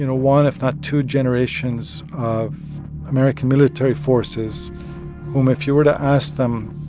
you know one, if not two, generations of american military forces whom if you were to ask them,